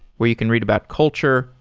where you can read about culture,